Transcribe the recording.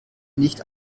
nicht